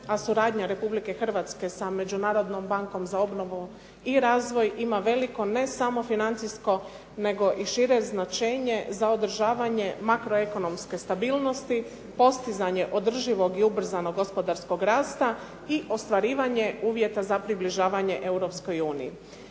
a suradnja Republike Hrvatske sa Međunarodnom bankom za obnovu i razvoj ima veliko ne samo financijsko nego i šire značenje za održavanje makroekonomske stabilnosti, postizanje održivog i ubrzanog gospodarskog rasta i ostvarivanje uvjeta za približavanje